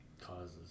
Causes